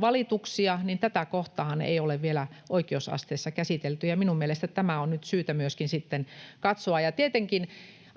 valituksia, niin tätä kohtaahan ei ole vielä oikeusasteissa käsitelty, ja minun mielestäni tämä on nyt syytä myöskin sitten katsoa. Tietenkin